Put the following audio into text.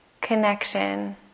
connection